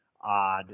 odd